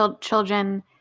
children